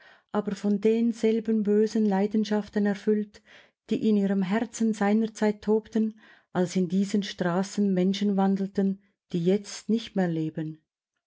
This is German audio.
aber von denselben bösen leidenschaften erfüllt die in ihrem herzen seinerzeit tobten als in diesen straßen menschen wandelten die jetzt nicht mehr leben